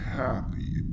happy